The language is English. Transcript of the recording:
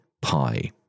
pi